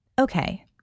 Okay